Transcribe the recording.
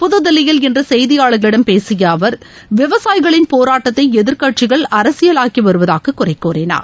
புதுதில்லியில் இன்று செய்தியாளர்களிடம் பேசிய அவர் விவசாயிகளின் போராட்டத்தை எதிர்க்கட்சிகள் அரசியலாக்கி வருவதாக குறைகூறினார்